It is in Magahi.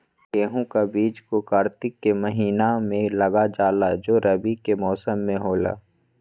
गेहूं का बीज को कार्तिक के महीना में लगा जाला जो रवि के मौसम में होला